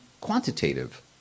quantitative